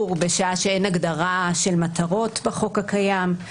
בשעה שאין הגדרה של מטרות בחוק הקיים.